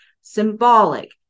symbolic